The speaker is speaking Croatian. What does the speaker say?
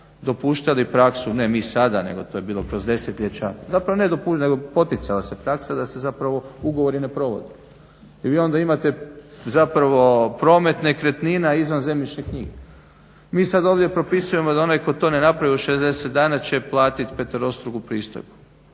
dopuštali praksu, ne mi sada nego je to bilo kroz desetljeća, zapravo ne dopuštali nego poticala se praksa da se ugovori ne provode. I vi onda imate promet nekretnina izvan zemljišnih knjiga. Mi sada ovdje propisujemo da onaj tko to ne napravi u 60 dana će platiti peterostruku pristojbu.